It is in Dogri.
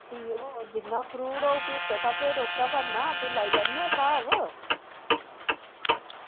जिन्ना फ्रूट होग उस्सै स्हाबै दा टोकरा भरना लाई लैगे स्हाब